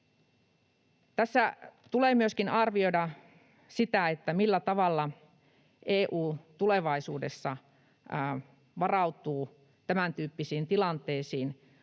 Tässä tulee myöskin arvioida sitä, millä tavalla EU tulevaisuudessa varautuu tämäntyyppisiin tilanteisiin,